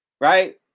Right